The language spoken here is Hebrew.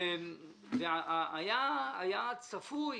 היה צפוי